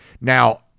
Now